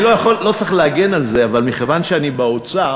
אני לא צריך להגן על זה, אבל מכיוון שאני באוצר